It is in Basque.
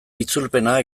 itzulpena